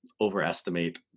overestimate